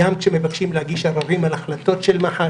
גם כשמבקשים להגיש עררים על החלטות של מח"ש,